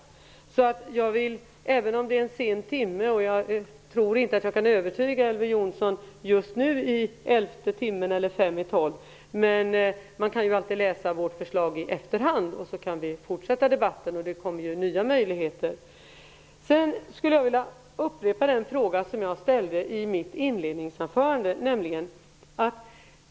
Timmen är sen, och jag tror inte att jag kan övertyga Elver Jonsson just nu i elfte timmen eller fem i tolv, men han kan ju ändå läsa vårt förslag i efterhand. Det blir ju nya möjligheter att fortsätta debatten. Jag vill upprepa den fråga som jag ställde i mitt inledningsanförande.